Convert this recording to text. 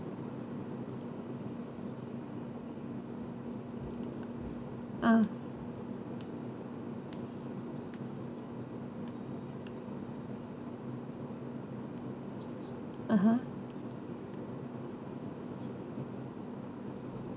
ah (uh huh)